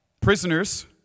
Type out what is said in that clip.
prisoners